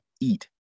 eat